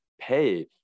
pay